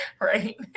right